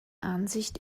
ansicht